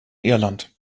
irland